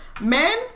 men